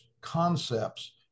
concepts